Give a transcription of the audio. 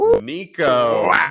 Nico